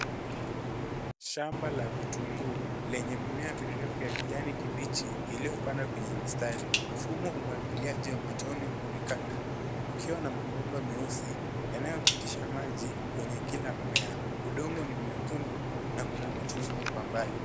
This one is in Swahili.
Shamba la vitunguu lenye mimea mirefu ya kijani kibichi iliyopandwa kwenye mistari, mifumo wa umwagiliaji wa matone unaonekana ukiwa na mabomba meusi yanayopitisha maji kwenye kila mimea. Udongo ni mwekundu na kuna miti mingi kwa mbali.